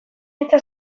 hitza